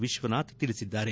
ವಿಶ್ವನಾಥ್ ತಿಳಿಸಿದ್ದಾರೆ